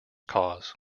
cause